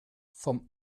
vom